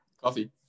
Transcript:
Coffee